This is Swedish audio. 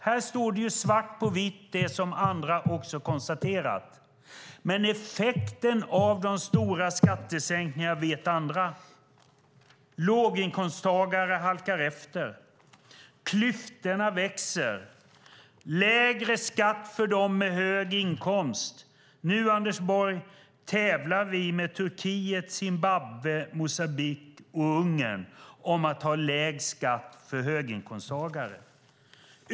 Här står svart på vitt det som också andra har konstaterat. Effekterna av de stora skattesänkningarna känner andra till. Låginkomsttagare halkar efter. Klyftorna växer. Det blir lägre skatt för dem med hög inkomst. Nu, Anders Borg, tävlar Sverige med Turkiet, Zimbabwe, Moçambique och Ungern om att ha lägst skatt för höginkomsttagare.